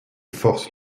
force